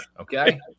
Okay